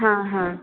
हां हां